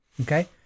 Okay